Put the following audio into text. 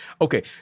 Okay